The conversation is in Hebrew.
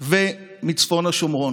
ומצפון השומרון.